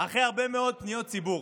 אחרי הרבה מאוד פניות ציבור.